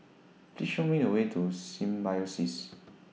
Please Show Me The Way to Symbiosis